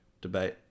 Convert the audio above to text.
debate